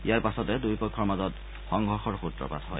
ইয়াৰ পিছতে দুয়োপক্ষৰ মাজত সংঘৰ্যৰ সূত্ৰপাত হয়